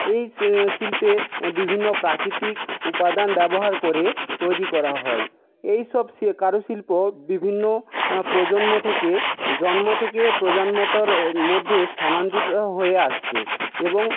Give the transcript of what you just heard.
এই শিল্পে বিভিন্ন প্রাকৃতিক উপাদান ব্যবহার করে তৈরি করা হয় এই সব কারুশিল্প বিভিন্ন প্রজন্ম থেকে জন্ম থেকে প্রজন্মতার মধ্যে হয়ে আসছে এবং